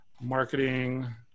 marketing